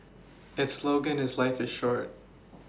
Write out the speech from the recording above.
its slogan is life is short